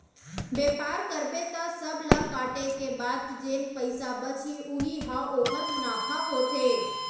बेपार करबे त सब ल काटे के बाद जेन पइसा बचही उही ह ओखर मुनाफा होथे